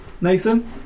Nathan